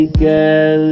girl